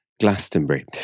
Glastonbury